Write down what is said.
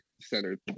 centered